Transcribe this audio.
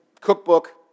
cookbook